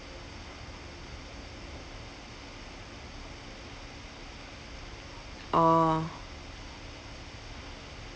oh